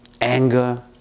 anger